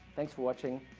thanks for watching,